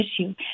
issue